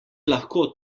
lahko